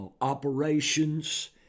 operations